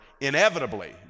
inevitably